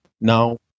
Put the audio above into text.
now